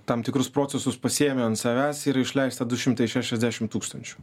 tam tikrus procesus pasiėmę ant savęs ir išleista du šimtai šešiasdešim tūkstančių